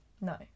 no